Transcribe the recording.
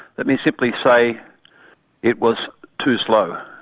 let me simply say it was too slow.